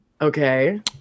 Okay